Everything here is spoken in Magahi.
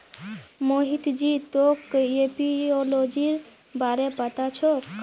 मोहित जी तोक एपियोलॉजीर बारे पता छोक